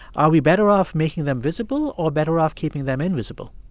are we better off making them visible or better off keeping them invisible?